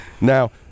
Now